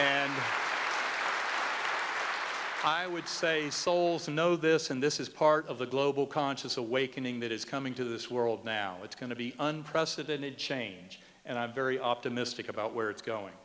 am i would say souls know this and this is part of the global conscious awakening that is coming to this world now it's going to be unprecedented change and i'm very optimistic about where it's going